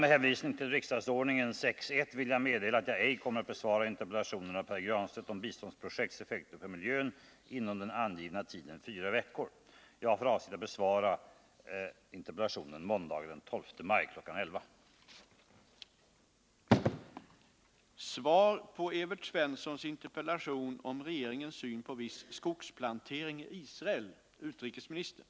Med hänvisning till riksdagsordningens 6 kap. 15§ vill jag meddela att jag ej kommer att besvara interpellationen av Pär Granstedt om biståndsprojekts effekter på miljön inom den angivna tiden fyra veckor. Jag har för avsikt att besvara interpellationen måndagen den 12 maj kl. 11.00.